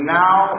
now